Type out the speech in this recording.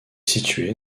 située